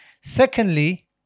Secondly